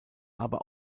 aber